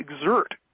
exert